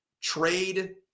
trade